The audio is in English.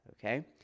Okay